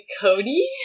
Cody